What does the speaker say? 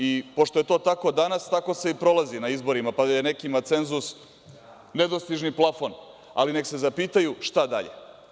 I pošto je to tako danas, tako se i prolazi na izborima, pa je nekima cenzus nedostižni plafon, ali nek se zapitaju šta dalje.